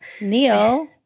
Neil